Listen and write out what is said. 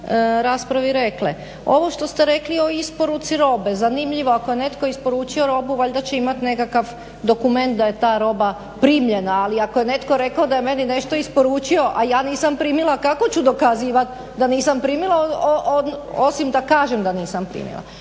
Ovo što ste rekli o isporuci robe, zanimljivo ako je netko isporučio robu valjda će imati nekakav dokument da je ta roba primljena, ali ako je netko rekao da je meni nešto isporučio, a ja nisam primila kako ću dokazivat da nisam primila, osim da kažem da nisam primila.